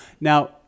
now